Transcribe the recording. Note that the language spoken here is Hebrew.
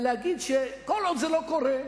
להגיד שכל עוד זה לא קורה,